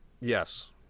Yes